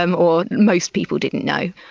um or most people didn't know.